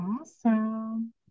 Awesome